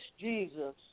Jesus